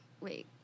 wait